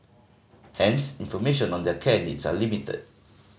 hence information on their care needs are limited